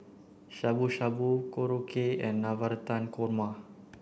Shabu Shabu Korokke and Navratan Korma